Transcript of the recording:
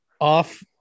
off